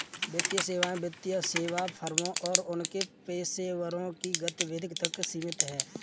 वित्तीय सेवाएं वित्तीय सेवा फर्मों और उनके पेशेवरों की गतिविधि तक सीमित हैं